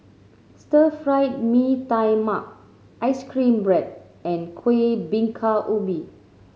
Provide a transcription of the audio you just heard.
Stir Fried Mee Tai Mak ice cream bread and Kuih Bingka Ubi